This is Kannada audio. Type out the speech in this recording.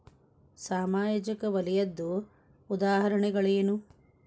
ಸಾಮಾಜಿಕ ವಲಯದ್ದು ಉದಾಹರಣೆಗಳೇನು?